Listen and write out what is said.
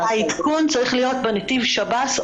העדכון צריך להיות בנתיב שב"ס,